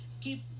keep